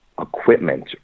equipment